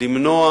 ולמנוע